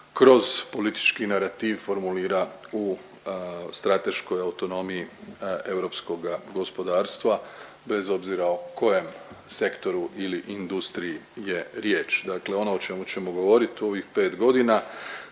kroz politički narativ formulira u strateškoj autonomiji europskoga gospodarstva bez obzira o kojem sektoru ili industriji je riječ. Dakle ono o čemu ćemo govorit u ovih 5 godina